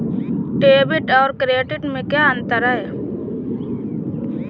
Debit और credit में क्या अंतर है?